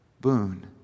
boon